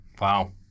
Wow